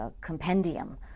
compendium